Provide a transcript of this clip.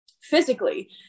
physically